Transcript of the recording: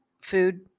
food